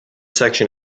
section